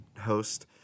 host